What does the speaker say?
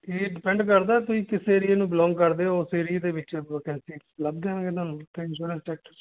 ਇਹ ਡਿਪੈਂਡ ਕਰਦਾ ਤੁਸੀਂ ਕਿਸ ਏਰੀਏ ਨੂੰ ਬਿਲੋਂਗ ਕਰਦੇ ਹੋ ਉਸ ਏਰੀਏ ਦੇ ਵਿੱਚ ਵਕੈਂਸੀ ਲੱਭ ਦਿਆਂਗੇ ਇਹਨਾਂ ਨੂੰ ਇੰਸ਼ੋਰੈਂਸ ਸੈਕਟਰ 'ਚ